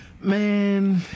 Man